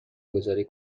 گذاری